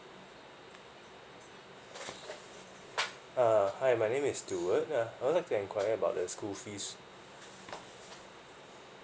uh hi my name is steward uh I would like to enquiry about the school fees